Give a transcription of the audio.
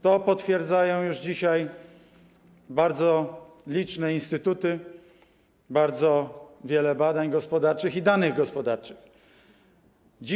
To potwierdzają już dzisiaj bardzo liczne instytuty, bardzo wiele badań gospodarczych i danych gospodarczych to potwierdza.